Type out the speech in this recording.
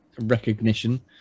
recognition